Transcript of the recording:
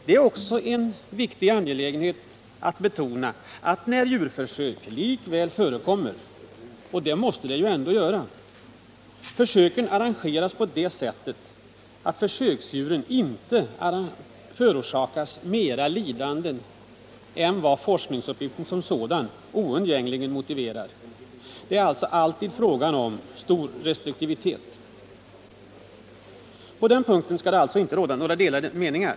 Det är också en viktig angelägenhet att betona att när djurförsök likväl förekommer — och det måste de ju ändå göra — de arrangeras på ett sådant sätt att försöksdjuren inte förorsakas mera lidanden än vad forskningsuppgiften som sådan oundgängligen motiverar. Det är alltså fråga om stor restriktivitet. På den punkten skall det således inte råda några delade meningar.